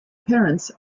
parents